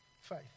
Faith